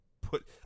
Put